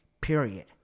Period